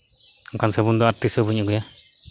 ᱚᱝᱠᱟᱱ ᱥᱟᱵᱚᱱ ᱟᱨ ᱛᱤᱥ ᱦᱚᱸ ᱵᱟᱹᱧ ᱟᱹᱜᱩᱭᱟ